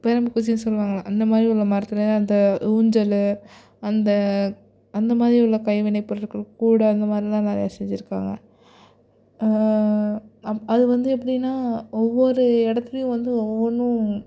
பிரம்பு குச்சின்னு சொல்லுவாங்கள்லை அந்த மாதிரி உள்ள மரத்திலலாம் அந்த ஊஞ்சல் அந்த அந்த மாதிரி உள்ள கைவினை பொருட்கள் கூடை இந்த மாதிரிலாம் நிறையா செஞ்சுருக்காங்க அப் அது வந்து எப்படின்னா ஒவ்வொரு இடத்துலியும் வந்து ஒவ்வொன்றும்